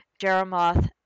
Jeremoth